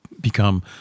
become